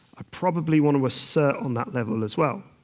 i probably want to assert on that level as well,